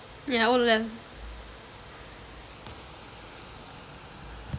yeah O le~